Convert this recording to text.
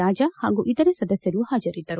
ರಾಜಾ ಹಾಗೂ ಇತರೆ ಸದಸ್ಯರು ಹಾಜರಿದ್ದರು